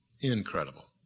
incredible